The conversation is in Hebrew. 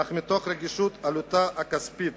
אך מתוך רגישות לעלותה הכספית